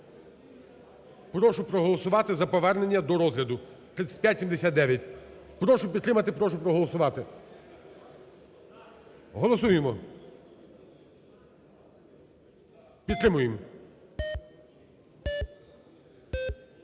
Прошу проголосувати за повернення до розгляду 3579. Прошу підтримати, прошу проголосувати. Голосуємо. Підтримуємо.